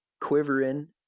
quivering